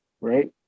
right